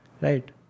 Right